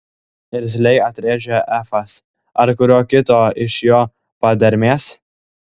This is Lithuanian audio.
irzliai atrėžė efas ar kurio kito iš jo padermės